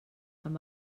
amb